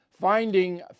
Finding